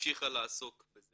המשיכה לעסוק בזה.